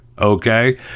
Okay